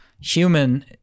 human